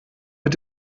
mit